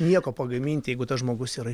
nieko pagaminti jeigu tas žmogus yra